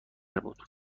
بود